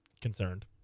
concerned